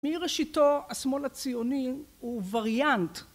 מראשיתו השמאל הציוני הוא וריאנט